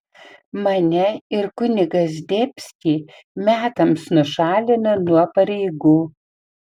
mane ir kunigą zdebskį metams nušalino nuo pareigų